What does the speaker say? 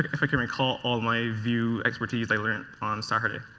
if i can recall all my view expertise i learned on saturday.